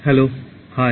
hello hi